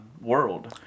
world